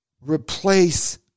Replace